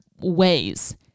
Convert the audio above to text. ways